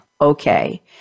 okay